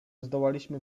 zdołaliśmy